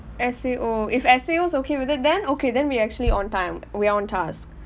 S_A_O if S_A_O okay with it then okay then we actually on time we're on task